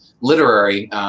literary